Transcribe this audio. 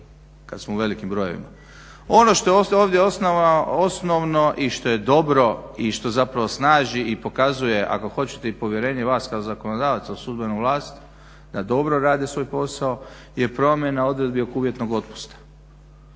kad smo u velikim brojevima. Ono što je ovdje osnovno i što je dobro i što zapravo snaži i pokazuje ako hoćete i povjerenje vas kao zakonodavaca u sudbenu vlast da dobro rade svoj posao je promjena odredbi oko uvjetnog otpusta.